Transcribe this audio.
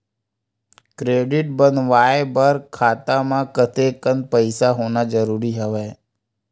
Credit बनवाय बर खाता म कतेकन पईसा होना जरूरी हवय?